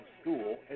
school